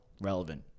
relevant